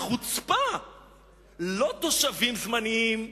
לא תושבים זמניים,